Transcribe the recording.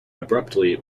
abruptly